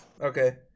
Okay